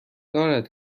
دارد